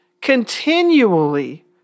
continually